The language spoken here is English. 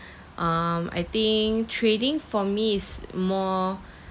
um I think trading for me is more